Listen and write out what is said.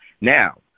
Now